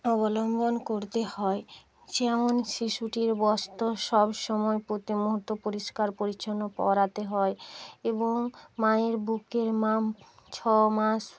অবলম্বন করতে হয় যেমন শিশুটির বস্ত্র সব সময় প্রতি মুহুর্ত পরিষ্কার পরিচ্ছন্ন পরাতে হয় এবং মায়ের বুকের মাম ছ মাস